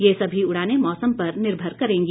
ये सभी उड़ाने मौसम पर निर्भर करेंगी